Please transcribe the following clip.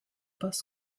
bus